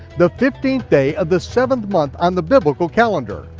the fifteenth day of the seventh month on the biblical calendar.